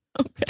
Okay